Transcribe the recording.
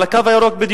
בדיוק על "הקו הירוק".